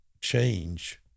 change